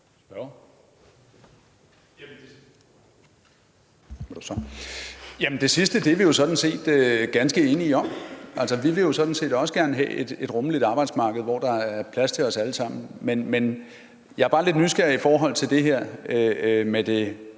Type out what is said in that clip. det sidste er vi sådan set ganske enige om. Vi vil jo også gerne have et rummeligt arbejdsmarked, hvor der er plads til os alle sammen, men jeg er bare lidt nysgerrig i forhold til det her med den